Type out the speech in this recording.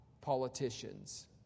politicians